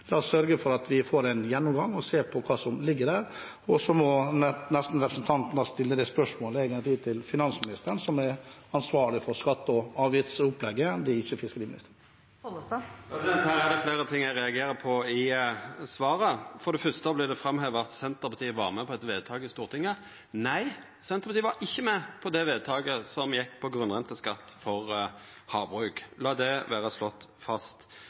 må nesten representanten stille det spørsmålet til finansministeren, som er ansvarlig for skatte- og avgiftsopplegget – det er ikke fiskeriministeren. Geir Pollestad – til oppfølgingsspørsmål. Her er det fleire ting eg reagerer på i svaret. For det første vert det framheva at Senterpartiet var med på eit vedtak i Stortinget. Nei, Senterpartiet var ikkje med på det vedtaket om grunnrenteskatt for havbruk. La det vera slått fast.